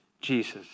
Jesus